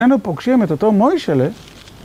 היינו פוגשים את אותו מוישלה